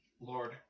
Lord